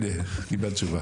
הנה, קיבלת תשובה.